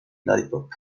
lollipop